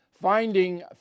Finding